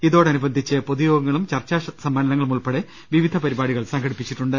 ഇതോടനുബന്ധിച്ച് പൊതുയോഗങ്ങളും ചർച്ചാസമ്മേളനങ്ങളും ഉൾപ്പെടെ വിവിധ പരിപാടികൾ സംഘടിപ്പിച്ചിട്ടുണ്ട്